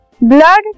Blood